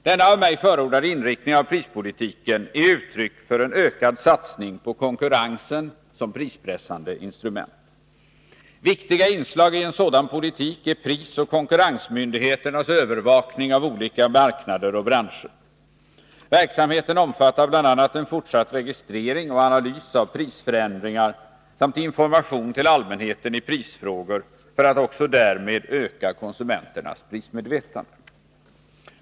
Denna av mig förordade inriktning av prispolitiken är uttryck för en ökad satsning på konkurrensen som prispressande instrument. Viktiga inslag i en sådan politik är prisoch konkurrensmyndigheternas övervakning av olika marknader och branscher. Verksamheten omfattar bl.a. en fortsatt registrering och analys av prisförändringar samt information till allmänheten i prisfrågor, för att också därmed öka konsumenternas prismedvetande.